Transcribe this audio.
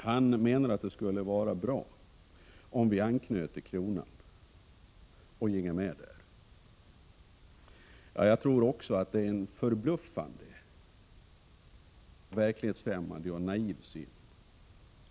Han menar att det skulle vara bra, om vi anknöt till kronan och ginge med där. Lars Tobisson representerar då en förbluffande verklighetsfrämmande och naiv syn.